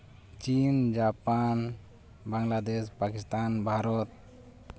ᱪᱤᱱ ᱡᱟᱯᱟᱱ ᱵᱟᱝᱞᱟᱫᱮᱥ ᱯᱟᱠᱤᱥᱛᱷᱟᱱ ᱵᱷᱟᱨᱚᱛ